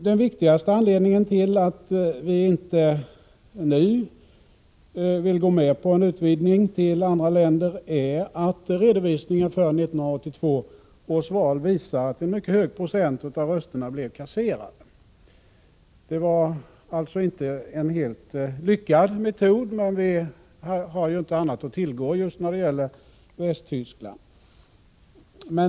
Den viktigaste anledningen till att vi inte nu vill gå med på en utvidgning till andra länder är att redovisningen för 1982 års val visar att en mycket hög procent av rösterna blev kasserade. Det var alltså inte en helt lyckad metod, men vi har ju inte annat att tillgå just när det gäller Västtyskland.